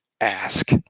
ask